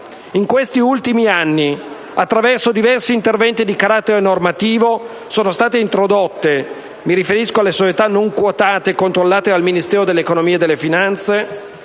In questi ultimi anni, attraverso diversi interventi di carattere normativo, sono state introdotte (mi riferisco alle società non quotate e controllate dal Ministero dell'economia e delle finanze)